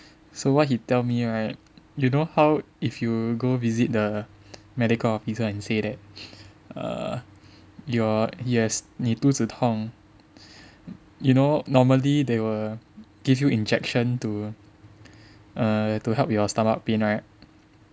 so what he tell me right you know how if you go visit the medical officer and say that err you are you have 你肚子痛 you know normally they will give you injection to err to help your stomach pain right